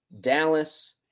dallas